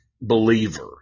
believer